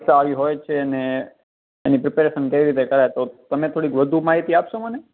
સાઆ આવી હોય છે ને એની પ્રિપૅરેશન કઈ રીતે કરાય તો તમે થોડીક વધુ માહિતી આપશો મને